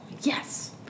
yes